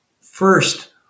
first